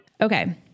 Okay